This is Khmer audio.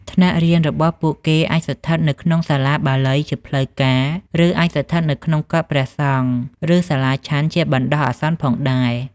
ថ្នាក់រៀនរបស់ពួកគេអាចស្ថិតនៅក្នុងសាលាបាលីជាផ្លូវការ ឬអាចស្ថិតនៅក្នុងកុដិព្រះសង្ឃ ឬសាលាឆាន់ជាបណ្ដោះអាសន្នផងដែរ។